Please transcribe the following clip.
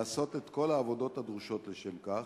לעשות את כל העבודות הדרושות לשם כך,